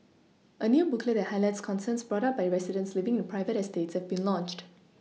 a new booklet that highlights concerns brought up by residents living in private eStates has been launched